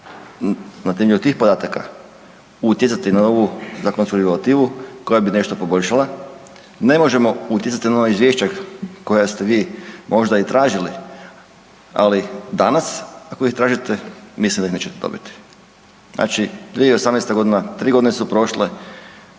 na temelju tih podataka utjecati na novu zakonodavnu regulativu koja bi nešto poboljšala, ne možemo utjecati na ona izvješća koja ste vi možda i tražili, ali danas ako ih tražite, mislim da ih nećete dobiti. Znači 2018.g., 3.g. su prošle,